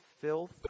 filth